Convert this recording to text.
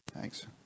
Thanks